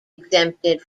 exempted